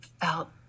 felt